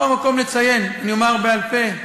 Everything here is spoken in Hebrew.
פה המקום לציין, אני אומר בעל-פה,